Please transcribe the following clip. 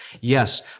yes